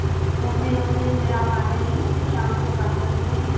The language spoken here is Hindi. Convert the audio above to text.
ओके ओके फिर आप आ जाइए फिर शाम को बात करतें हैं